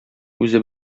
үзе